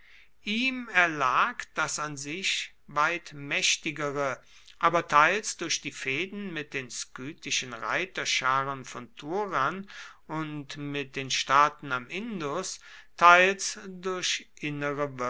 ihm erlag das an sich weit mächtigere aber teils durch die fehden mit den skythischen reiterscharen von turan und mit den staaten am indus teils durch innere